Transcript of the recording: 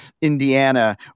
Indiana